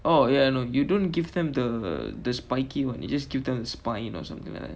oh ya no you don't give them the the spiky one you just give then the spine or something like that